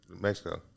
Mexico